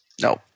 No